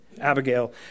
Abigail